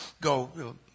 go